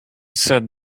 said